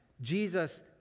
Jesus